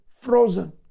frozen